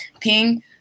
ping